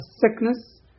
sickness